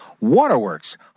Waterworks